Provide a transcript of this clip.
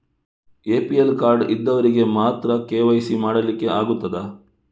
APL card ಇದ್ದವರಿಗೆ ಮಾತ್ರ KYC ಮಾಡಲಿಕ್ಕೆ ಆಗುತ್ತದಾ?